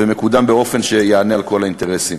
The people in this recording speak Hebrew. ומקודם באופן שיענה על כל האינטרסים.